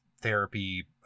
therapy